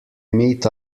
meet